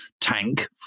tank